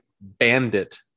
Bandit